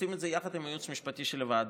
עושים את זה יחד עם הייעוץ המשפטי של הוועדה.